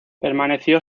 permaneció